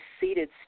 seated